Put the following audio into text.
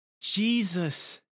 Jesus